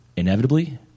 Inevitably